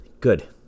Good